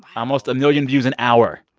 almost a million views an hour.